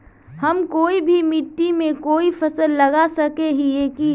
हम कोई भी मिट्टी में कोई फसल लगा सके हिये की?